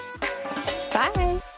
Bye